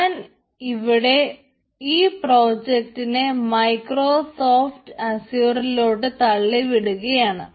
ഞാൻ ഇവിടെ ഈ പ്രോജക്ടിനെ മൈക്രോ സോഫറ്റ് അസ്യൂറിലോട്ട് തള്ളിവിടുകയാണ്